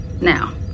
Now